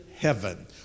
heaven